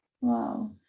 wow